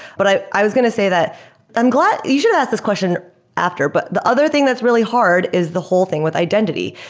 but i i was going to say that i'm glad you should have asked this question after. but the other thing that's really hard is the whole thing with identity.